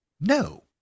no